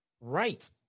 Right